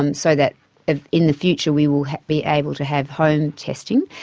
um so that in the future we will be able to have home testing,